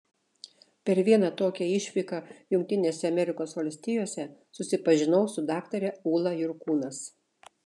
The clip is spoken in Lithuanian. per vieną tokią išvyką jungtinėse amerikos valstijose susipažinau su daktare ūla jurkūnas